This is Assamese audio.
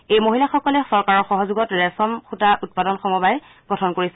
এই মহিলাসকলে চৰকাৰৰ সহযোগত ৰেচম সৃতা উৎপাদন সমবায় গঠন কৰিছে